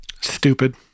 Stupid